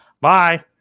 Bye